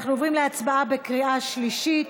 אנחנו עוברים להצבעה בקריאה שלישית.